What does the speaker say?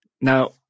Now